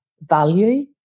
value